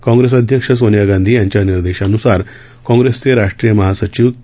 काँग्रेस अध्यक्ष सोनिया गांधी यांच्या निर्देशान्सार काँग्रेसचे राष्ट्रीय महासचिव के